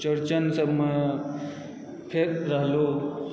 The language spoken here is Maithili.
चौड़चन सबमे फेर रहलहुँ